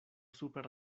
super